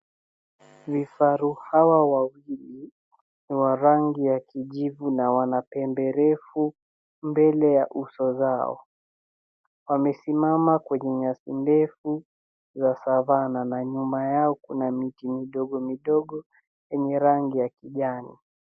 Vifaru hawa wawili ni wa rangi ya kijivu na wana pembe refu mbele ya uso zao. Wamesimama kwenye nyasi ndefu ya Savana, na nyuma yao kuna miti midogo midogo yenye rangi ya kijani.